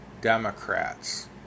Democrats